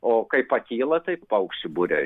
o kai pakyla tai paukščių būriai